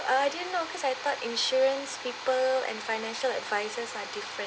uh I didn't know because I thought insurance people and financial advisor are different